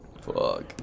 Fuck